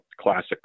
classic